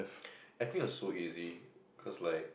I think was so easy cause like